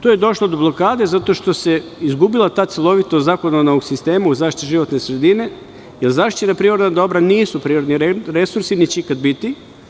Tu je došlo do blokade zato što se izgubila ta celovitost zakonodavnog sistema u zaštiti životne sredine, jer zaštićena prirodna dobra nisu prirodni resursi niti će ikada biti.